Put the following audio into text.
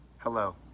Hello